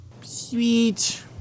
Sweet